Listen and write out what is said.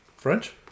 French